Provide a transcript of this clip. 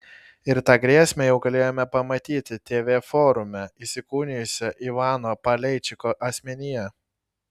ir tą grėsmę jau galėjome pamatyti tv forume įsikūnijusią ivano paleičiko asmenyje